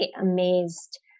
amazed